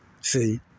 See